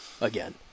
again